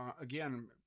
again